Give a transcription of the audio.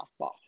softball